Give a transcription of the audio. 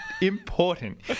important